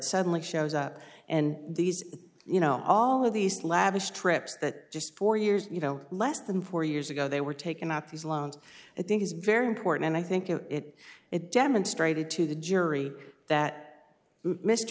suddenly shows up and these you know all of these lavish trips that just four years you know less than four years ago they were taken out these loans i think is very important and i think you know it it demonstrated to the jury that mr